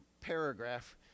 paragraph